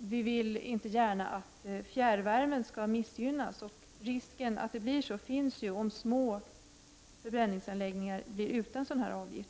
Vi vill inte gärna att fjärrvärmen skall missgynnas. Den risken finns om små förbränningsanläggningar blir utan en sådan avgift.